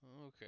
Okay